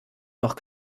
noch